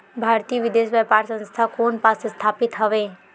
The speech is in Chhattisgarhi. भारतीय विदेश व्यापार संस्था कोन पास स्थापित हवएं?